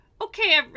okay